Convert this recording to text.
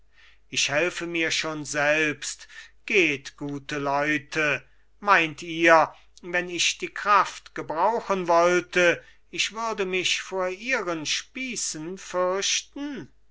ich helfe mir schon selbst geht gute leute meint ihr wenn ich die kraft gebrauchen wollte ich würde mich vor ihren spiessen fürchten